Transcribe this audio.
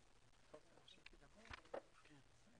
בבקשה?